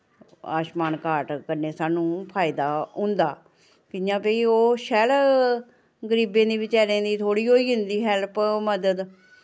Ayushman card कन्नै साणु फायदा होंदा कि'यां भई ओ शैल गरीबें दी बचैरें दी थोह्ड़ी होई जंदी हैल्प मदद